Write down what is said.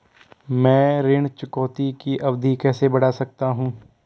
मैं ऋण चुकौती की अवधि कैसे बढ़ा सकता हूं?